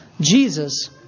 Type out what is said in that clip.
Jesus